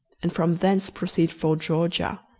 and from thence proceed for georgia.